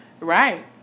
Right